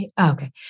Okay